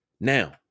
now